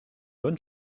bonne